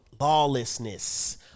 lawlessness